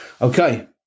Okay